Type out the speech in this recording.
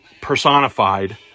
personified